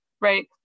right